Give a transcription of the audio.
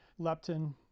leptin